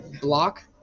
block